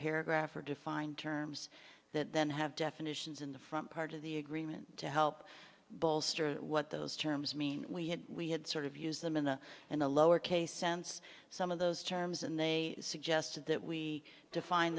paragraph are defined terms that then have definitions in the front part of the agreement to help bolster what those terms mean we had we had sort of use them in a and a lowercase sense some of those terms and they suggested that we defined